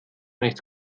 nichts